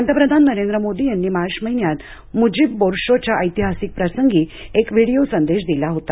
पंतप्रधान नरेंद्र मोदी यांनी मार्च महिन्यात मुजीब बोर्शो च्या ऐतिहासिक प्रसंगी एक व्हिडीओ संदेश दिला होता